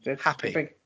Happy